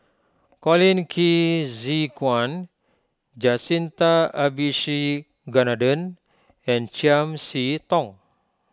Colin Qi Zhe Quan Jacintha Abisheganaden and Chiam See Tong